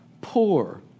poor